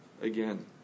again